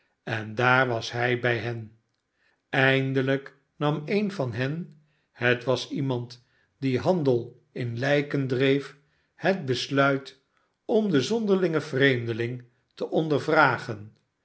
en daar was hij bij hen eindelijk nam een van hen het was iemand die handel in lijken dreef het besluit om den zonderlingen vreemdeling te